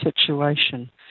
situation